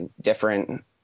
different